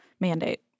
mandate